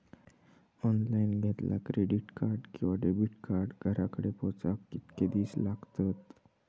Online घेतला credit card किंवा debit card घराकडे पोचाक कितके दिस लागतत?